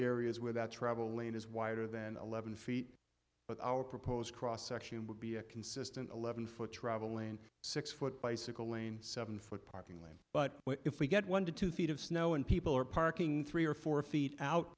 areas where that travel lane is wider than eleven feet but our proposed cross section would be a consistent eleven foot travel lane six foot bicycle lane seven foot parking lane but if we get one to two feet of snow and people are parking three or four feet out